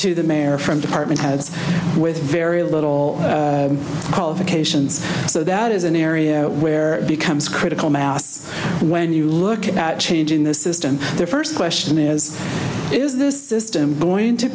to the mayor from department heads with very little qualifications so that is an area where it becomes critical mass when you look at changing the system the first question is is this system going to